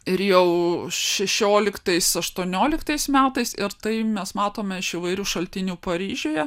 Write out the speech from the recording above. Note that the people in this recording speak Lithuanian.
ir jau šešioliktais aštuonioliktais metais ir tai mes matome iš įvairių šaltinių paryžiuje